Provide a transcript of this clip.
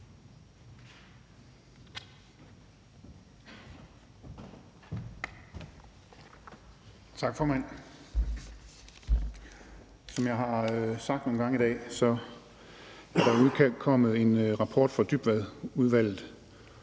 Tak, formand. Som jeg har sagt nogle gange i dag, er der udkommet en rapport fra Dybvadudvalget,